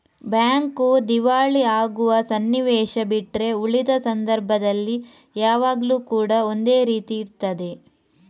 bank ದಿವಾಳಿ ಆಗುವ ಸನ್ನಿವೇಶ ಬಿಟ್ರೆ ಉಳಿದ ಸಂದರ್ಭದಲ್ಲಿ ಯಾವಾಗ್ಲೂ ಕೂಡಾ ಒಂದೇ ರೀತಿ ಇರ್ತದೆ